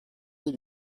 bir